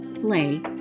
play